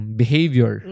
behavior